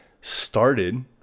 started